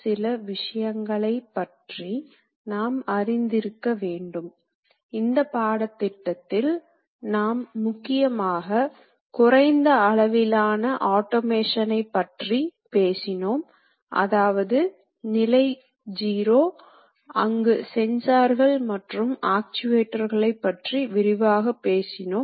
C இயந்திரத்தின் முக்கிய அம்சங்கள் விலை உயர்ந்த இந்த இயந்திரங்களை வாங்குவதன் நன்மைகள் பற்றி விவரிக்க முடியும்